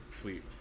tweet